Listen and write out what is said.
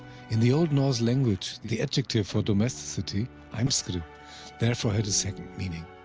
in the old norse language, the adjective for domesticity heimskr therefor had a second meaning,